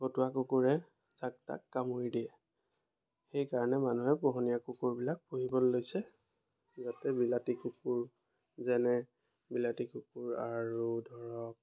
ভতুৱা কুকুৰে যাক তাক কামুৰি দিয়ে সেই কাৰণে মানুহে পোহনীয়া কুকুৰবিলাক পুহিবলৈ লৈছে যাতে বিলাতী কুকুৰ যেনে বিলাতী কুকুৰ আৰু ধৰক